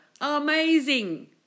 Amazing